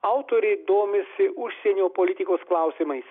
autorė domisi užsienio politikos klausimais